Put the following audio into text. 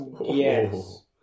Yes